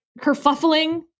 kerfuffling